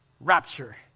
Rapture